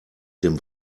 dem